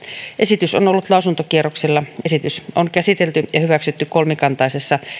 esitys on ollut lausuntokierroksella esitys on käsitelty ja hyväksytty kolmikantaisessa